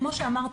וכמו שאמת,